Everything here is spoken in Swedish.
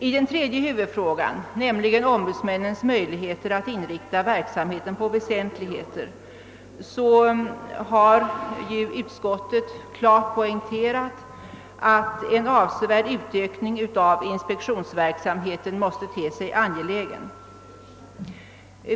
I den tredje huvudfrågan, nämligen ombudsmännens möjligheter att inrikta verksamheten på väsentligheter, har utskottet klart poängterat att en avsevärd utökning av inspektionsverksamheten måste te sig angelägen.